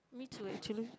need to